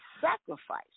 sacrifice